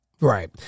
Right